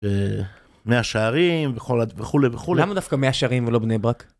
מאה שערים וכולי וכולי, למה דווקא מאה שערים ולא בני ברק?